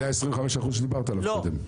זה ה-25% שדיברת עליו קודם.